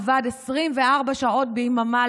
עבד 24 שעות ביממה,